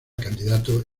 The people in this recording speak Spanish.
candidato